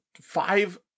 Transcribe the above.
five